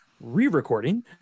re-recording